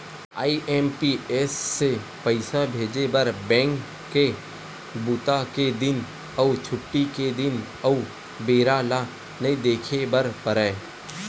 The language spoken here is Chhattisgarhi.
आई.एम.पी.एस से पइसा भेजे बर बेंक के बूता के दिन अउ छुट्टी के दिन अउ बेरा ल नइ देखे बर परय